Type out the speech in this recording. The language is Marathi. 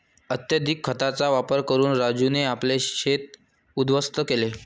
अत्यधिक खतांचा वापर करून राजूने आपले शेत उध्वस्त केले